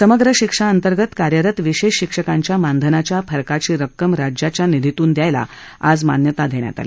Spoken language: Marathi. समग्र शिक्षा अंतर्गत कार्यरत विशेष शिक्षकांच्या मानधनाच्या फरकाची रक्कम राज्याच्या निधीतून द्यायला आज मान्यता देण्यात आली